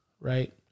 right